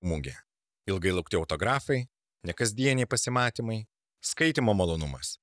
mugė ilgai laukti autografai nekasdieniai pasimatymai skaitymo malonumas